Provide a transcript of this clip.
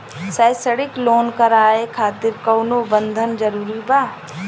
शैक्षणिक लोन करावे खातिर कउनो बंधक जरूरी बा?